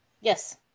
Yes